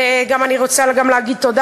ואני רוצה להגיד תודה,